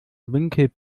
winkel